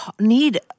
need